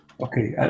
Okay